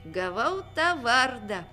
gavau tą vardą